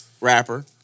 rapper